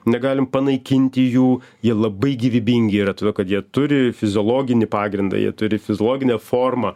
negalim panaikinti jų jie labai gyvybingi yra todėl kad jie turi fiziologinį pagrindą jie turi filologinę formą